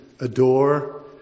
adore